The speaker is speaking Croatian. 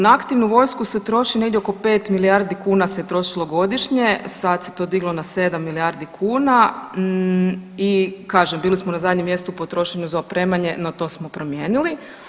Na aktivnu vojsku se troši negdje oko 5 milijardi kuna se trošilo godišnje, sad se to diglo na 7 milijardi kuna i kažem bili smo na zadnjem mjesto po trošenju za opremanje, no to smo promijenili.